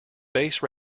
base